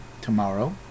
tomorrow